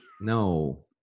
no